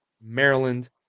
Maryland